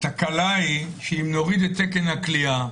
אם נוריד את תקן הכליאה,